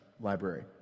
Library